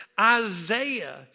Isaiah